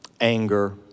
anger